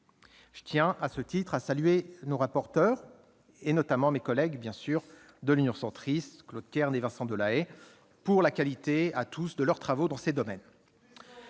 Je tiens à ce titre à saluer nos rapporteurs, notamment mes collègues de l'Union Centriste Claude Kern et Vincent Delahaye, pour la qualité de tous leurs travaux dans ces domaines.